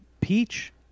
peach